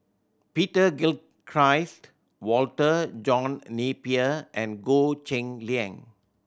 Peter Gilchrist Walter John Napier and Goh Cheng Liang